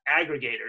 aggregators